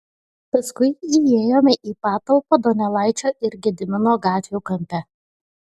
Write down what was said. paskui įėjome į patalpą donelaičio ir gedimino gatvių kampe